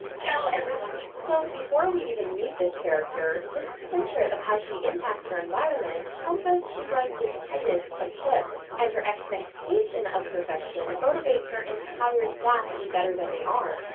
tell everyone. so before we even meet this character, this portrait of how she impacts her environment tells us she runs the tightest of ships, and her expectation of perfection motivates her entire staff to be better than they are.